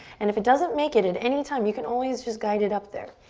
and if it doesn't make it at any time, you could always just guide it up there.